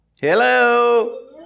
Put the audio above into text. Hello